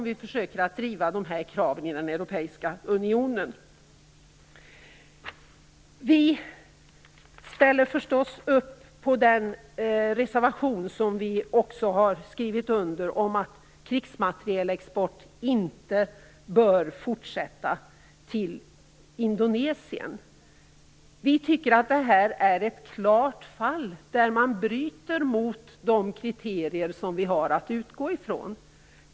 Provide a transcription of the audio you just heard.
Vi ställer oss naturligtvis bakom den reservation som vi också har undertecknat om att krigsmaterielexport inte bör fortsätta till Indonesien. Vi tycker att detta är ett klart fall där man bryter mot de kriterier som vi har att utgå ifrån.